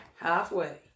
Halfway